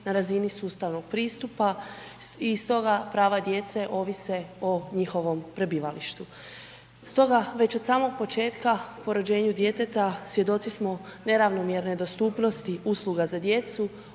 na razini sustavnog pristupa i stoga prava djece ovise o njihovom prebivalištu. Stoga već od samog početka po rođenju djeteta svjedoci smo neravnomjerne dostupnosti usluga za djecu,